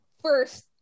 first